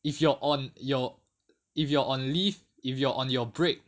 if you're on your if you're on leave if you are on your break